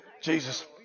Jesus